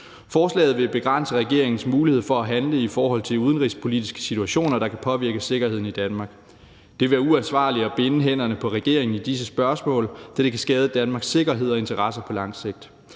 Forslaget vil begrænse regeringens mulighed for at handle i forhold til udenrigspolitiske situationer, der kan påvirke sikkerheden i Danmark. Det vil være uansvarligt at binde hænderne på regeringen i disse spørgsmål, da det kan skade Danmarks sikkerhed og interesser på lang sigt.